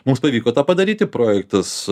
mums pavyko tą padaryti projektas